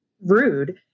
Rude